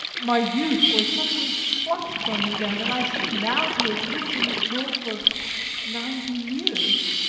my youth was suddenly plucked from me then, and i seem now to have lived in this world for ninety years.